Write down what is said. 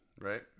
right